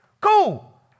cool